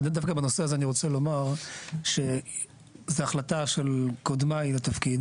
דווקא בנושא הזה אני רוצה לומר שזה החלטה של קודמיי לתפקיד